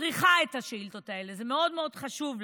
צריכה את השאילתות האלה, זה מאוד מאוד חשוב לה.